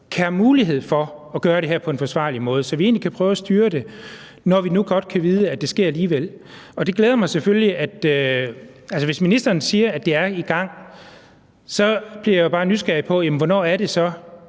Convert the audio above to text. kan have mulighed for at gøre det her på en forsvarlig måde, altså så vi egentlig kan prøve at styre det, når vi nu godt kan vide, at det sker alligevel. Det glæder mig selvfølgelig, hvis ministeren siger, at det er i gang; og så bliver jeg jo bare nysgerrig på, hvornår det så